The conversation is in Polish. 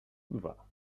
dwa